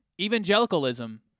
evangelicalism